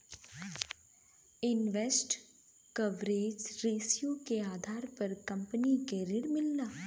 interest coverage ratio के आधार पर कंपनी के ऋण मिलला